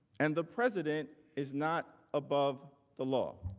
and the president, is not above the law.